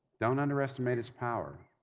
don't underestimate its power.